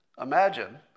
Imagine